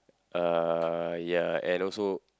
uh ya and also